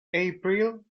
april